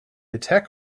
attack